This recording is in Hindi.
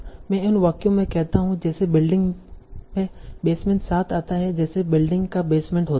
मैं उन वाक्यों में कहता हूं कि जैसे बिल्डिंग में बेसमैन साथ आता है जैसे बिल्डिंग का बेसमेंट होता है